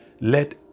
let